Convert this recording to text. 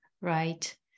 right